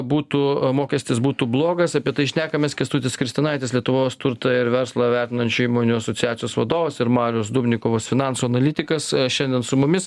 būtų mokestis būtų blogas apie tai šnekamės kęstutis kristinaitis lietuvos turtą ir verslą vertinančių įmonių asociacijos vadovas ir marius dubnikovas finansų analitikas šiandien su mumis